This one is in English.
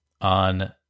on